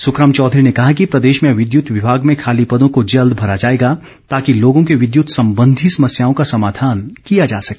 सुखराम चौधरी ने कहा कि प्रदेश में विद्युत विभाग में खाली पदों को जल्द भरा जाएगा ताकि लोगों की विद्युत संबंधी समस्याओं का समाधान किया जा सर्क